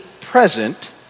present